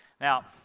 Now